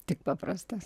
tik paprastas